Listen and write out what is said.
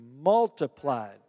multiplied